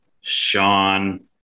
Sean